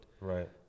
right